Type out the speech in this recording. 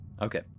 Okay